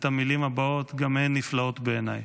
את המילים הבאות, גם הן נפלאות בעיניי: